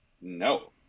no